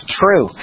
true